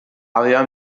aveva